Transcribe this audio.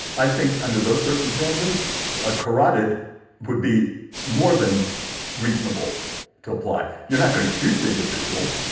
i think under those circumstances a carotid would be more than reasonable to apply. you're not gonna shoot the individual.